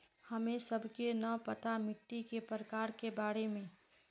हमें सबके न पता मिट्टी के प्रकार के बारे में?